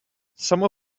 some